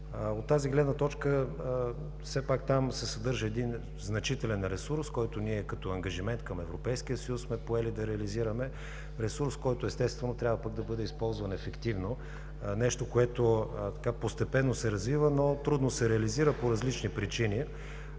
От тази гледна точка все пак там се съдържа един значителен ресурс, който ние като ангажимент към Европейския съюз сме поели да реализираме. Ресурс, който естествено пък трябва да бъде използван ефективно, нещо, което постепенно се развива, но трудно се реализира по различни причини.